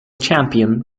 champion